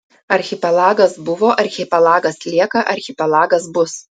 archipelagas buvo archipelagas lieka archipelagas bus